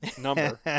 number